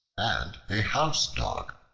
and a housedog,